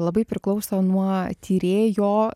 labai priklauso nuo tyrėjo